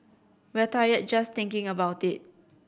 we're tired just thinking about it